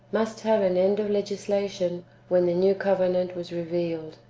must have an end of leo-islation when the new covenant was revealed.